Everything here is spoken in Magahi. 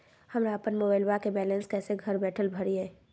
हमरा अपन मोबाइलबा के बैलेंस कैसे घर बैठल भरिए?